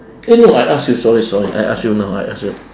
eh no I ask you sorry sorry I ask you now I ask you